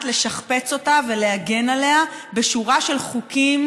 לשכפץ אותה ולהגן עליה בשורה של חוקים